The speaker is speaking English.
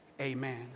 Amen